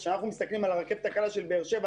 כשאנחנו מסתכלים על הרכבת הקלה של באר שבע